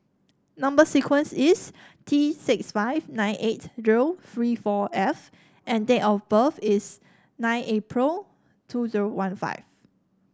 number sequence is T six five nine eight zero three four F and date of birth is nine April two zero one five